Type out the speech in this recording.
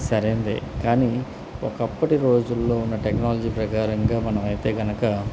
సరైందే కానీ ఒకప్పటి రోజుల్లో ఉన్న టెక్నాలజీ ప్రకారంగా మనము అయితే కనుక